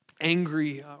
angry